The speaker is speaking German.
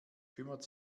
kümmert